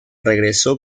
regresó